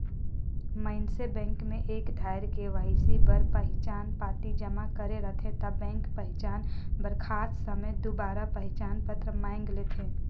मइनसे बेंक में एक धाएर के.वाई.सी बर पहिचान पाती जमा करे रहथे ता बेंक पहिचान बर खास समें दुबारा पहिचान पत्र मांएग लेथे